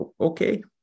okay